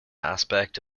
aspect